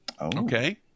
okay